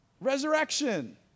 Resurrection